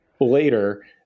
later